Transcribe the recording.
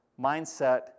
mindset